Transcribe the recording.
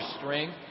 strength